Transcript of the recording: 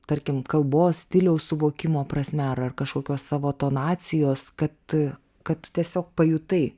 tarkim kalbos stiliaus suvokimo prasme ar ar kažkokios savo tonacijos kad kad tu tiesiog pajutai